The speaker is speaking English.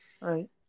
Right